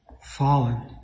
fallen